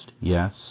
yes